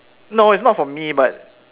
no it's not for me but